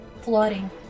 flooding